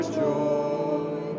joy